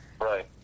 Right